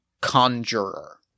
conjurer